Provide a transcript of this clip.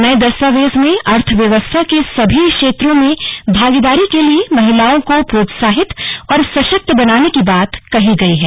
नए दस्तावेज में अर्थव्यवस्था के सभी क्षेत्रों में भागीदारी के लिए महिलाओं को प्रोत्साहित और सशक्त बनाने की बात कही गई है